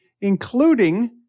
including